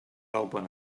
alban